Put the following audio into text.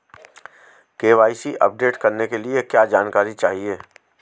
KYC update करने के लिए क्या जानकारी चाहिए?